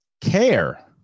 care